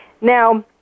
Now